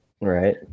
Right